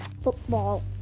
Football